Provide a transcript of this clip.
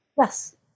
yes